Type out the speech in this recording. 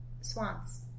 swans